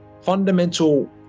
fundamental